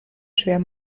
schwer